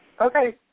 Okay